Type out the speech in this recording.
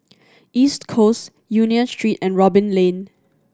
East Coast Union Street and Robin Lane